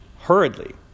hurriedly